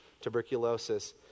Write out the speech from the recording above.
Tuberculosis